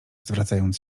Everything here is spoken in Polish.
zwracając